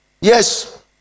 Yes